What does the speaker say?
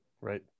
right